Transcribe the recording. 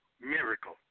miracle